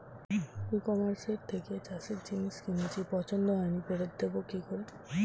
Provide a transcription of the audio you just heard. ই কমার্সের থেকে চাষের জিনিস কিনেছি পছন্দ হয়নি ফেরত দেব কী করে?